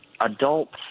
adults